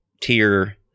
tier